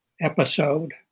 episode